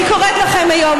אני קוראת לכם היום,